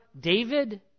David